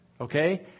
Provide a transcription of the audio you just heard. Okay